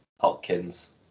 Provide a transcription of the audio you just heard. Hopkins